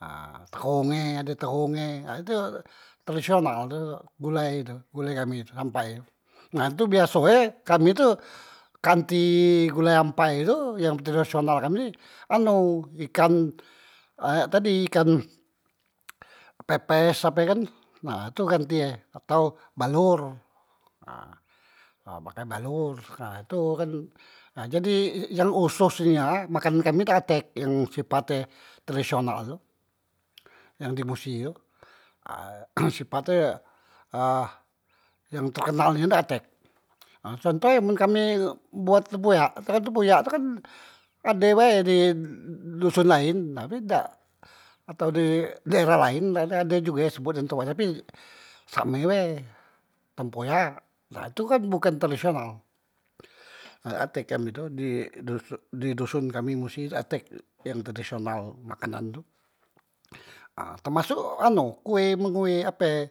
Ha teghong e ade teghong e ha tu tradisional tu gulai tu gulai kami tu ampai tu, ha tu biaso e kami tu kanti gulai ampai tu yang tradisional kami anu ikan kak tadi ikan pepes ape kan, nah tu ganti e, atau balor, ha ha pakai balor ha tu kan, ha jadi yg khosos nia makanan kami dak atek yang sipat e tradisional tu yang di musi tu, ha sipat e yang terkenal nian dak tek ha contoh e men kami mbuat tempoyak, tempoyak tu kan ade bae di doson laen ha tapi dak, atau di daerah laen ha ade juge yang di sebot ngan tempoyak tapi same bae tempoyak, ha itu kan bukan tradisional ha katek kami tu di doson kami musi tu dak tek yang tradisional makanan tu, ah temasuk anu kue me ngue ape